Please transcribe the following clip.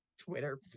Twitter